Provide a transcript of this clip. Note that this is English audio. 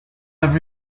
have